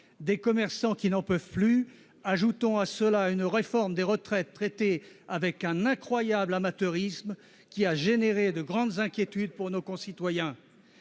des commerçants qui n'en peuvent plus, ajoutez à cela une réforme des retraites conduite avec un incroyable amateurisme qui a suscité de grandes inquiétudes chez nos concitoyens